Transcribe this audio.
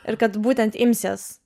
ir kad būtent imsies